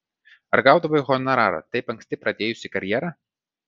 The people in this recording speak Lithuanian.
ar gaudavai honorarą taip anksti pradėjusi karjerą